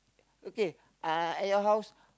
okay uh at your house